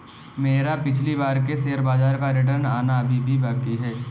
मेरा पिछली बार के शेयर बाजार का रिटर्न आना अभी भी बाकी है